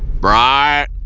right